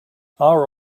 our